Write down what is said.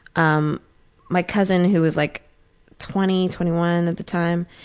um my cousin who is like twenty twenty one at the time,